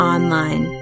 Online